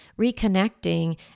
reconnecting